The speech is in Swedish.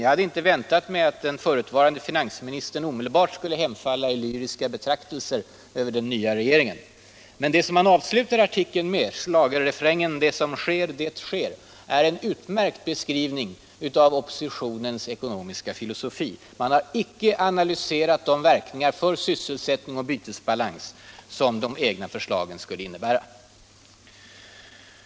Jag hade inte väntat mig att den förutvarande finansministern omedelbart skulle hemfalla åt lyriska betraktelser över den nya regeringen. Men det som han avslutar artikeln med — schlagerrefrängen ”Det som sker, det sker” — är en utmärkt beskrivning av oppositionens ekonomiska filosofi. Man har icke analyserat de verkningar för sysselsättning och bytesbalans som de egna förslagen skulle innebära.